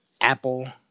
Apple